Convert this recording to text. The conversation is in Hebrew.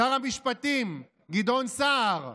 שר המשפטים גדעון סער,